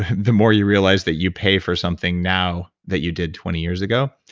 ah the more you realize that you pay for something now that you did twenty years ago,